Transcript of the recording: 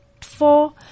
four